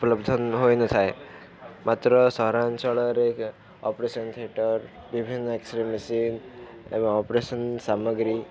ଉପଲବ୍ଧ ହୋଇନଥାଏ ମାତ୍ର ସହରାଞ୍ଚଳରେ ଅପରେସନ୍ ଥିଏଟର୍ ବିଭିନ୍ନ ଏକ୍ସରେ ମେସିନ୍ ଏବଂ ଅପରେସନ୍ ସାମଗ୍ରୀ